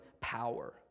power